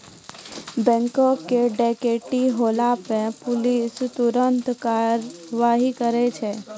बैंको के डकैती होला पे पुलिस तुरन्ते कारवाही करै छै